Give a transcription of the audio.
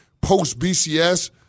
post-BCS